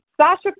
Sasha